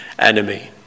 enemy